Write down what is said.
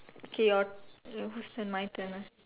okay your whose turn my turn ah